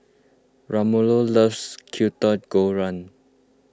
Ramiro loves Kwetiau Goreng